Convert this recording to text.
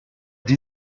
die